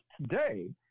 today